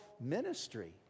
ministry